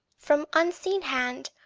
from unseen hand,